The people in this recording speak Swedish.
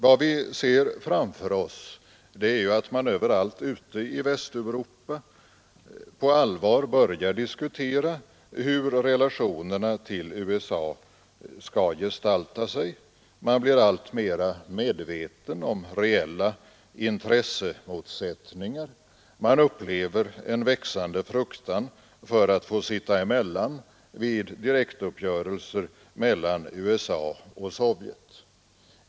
Vad vi ser framför oss är att man överallt ute i Västeuropa på allvar börjar diskutera hur relationerna till USA skall gestalta sig. Man blir alltmera medveten om reella intressemotsättningar. Man upplever en växande fruktan för att få sitta emellan vid direktuppgörelser mellan USA och Sovjet.